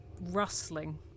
rustling